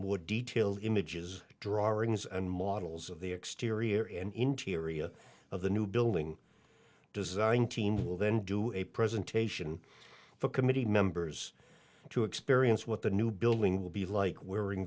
more detailed images drawings and models of the exterior and interior of the new building design team will then do a presentation for committee members to experience what the new building will be like wearing